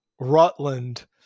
Rutland